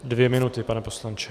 Dvě minuty, pane poslanče.